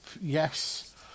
yes